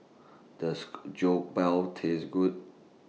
Does Jokbal Taste Good